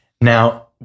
Now